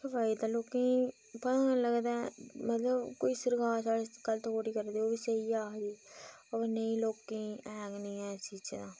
केह् फायदा लोकें ईं पता गै नी लगदा ऐ मतलब कोई सरकार साढ़े आस्तै गलत थोड़ी करदी ओह् बी स्हेई गै आखदी अवा नेईं लोकेंईं ऐ गै नेईं ऐ इस चीजै दा